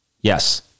Yes